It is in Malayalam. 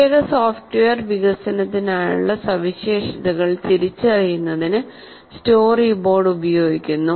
പ്രത്യേക സോഫ്റ്റ്വെയർ വികസനത്തിനായുള്ള സവിശേഷതകൾ തിരിച്ചറിയുന്നതിന് സ്റ്റോറിബോർഡ് ഉപയോഗിക്കുന്നു